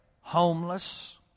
homeless